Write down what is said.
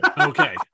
Okay